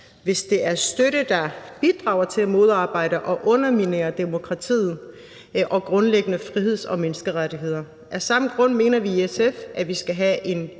hvis det er støtte, der bidrager til at modarbejde og underminere demokratiet og grundlæggende friheds- og menneskerettigheder. Af samme grund mener vi i SF, at vi skal have en